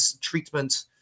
treatment